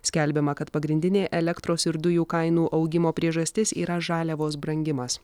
skelbiama kad pagrindinė elektros ir dujų kainų augimo priežastis yra žaliavos brangimas